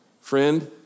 friend